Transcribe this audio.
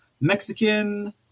Mexican